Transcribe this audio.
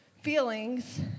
feelings